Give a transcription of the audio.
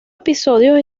episodios